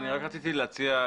אני רק רציתי להציע,